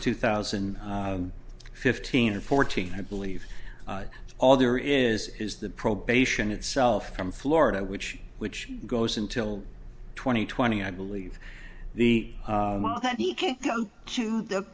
two thousand and fifteen or fourteen i believe all there is is the probation itself from florida which which goes until twenty twenty i believe the that he can go to the